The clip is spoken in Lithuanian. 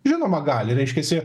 žinoma gali reiškiasi